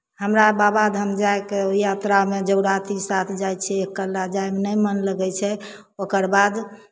हमरा बाबाधाम जायके यात्रामे जौरातीके साथ जाइ छियै अकेला जायमे नहि मन लगै छै ओकर बाद